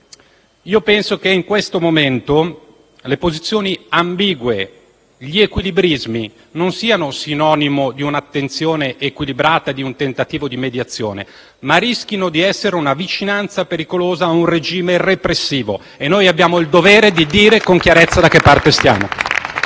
Penso che in questo momento le posizioni ambigue e gli equilibrismi non siano sinonimo di un'attenzione equilibrata o di un tentativo di mediazione, ma rischino di essere una vicinanza pericolosa a un regime repressivo, e noi abbiamo il dovere di dire con chiarezza da che parte stiamo.